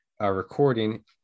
recording